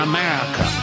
America